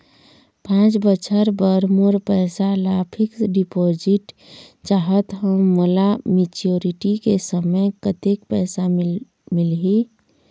पांच बछर बर मोर पैसा ला फिक्स डिपोजिट चाहत हंव, मोला मैच्योरिटी के समय कतेक पैसा मिल ही?